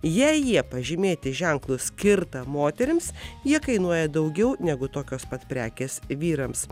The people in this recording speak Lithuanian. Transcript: jei jie pažymėti ženklu skirta moterims jie kainuoja daugiau negu tokios pat prekės vyrams